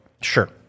Sure